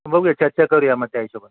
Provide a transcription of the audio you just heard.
बघूया चर्चा करूया मग त्या हिशोब